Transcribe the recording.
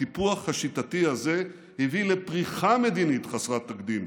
הטיפוח השיטתי הזה הביא לפריחה מדינית חסרת תקדים,